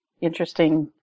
interesting